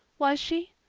was she?